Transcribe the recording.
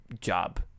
job